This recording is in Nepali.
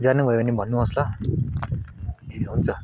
जानुभयो भने भन्नुहोस् ल हुन्छ